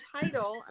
title